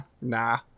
nah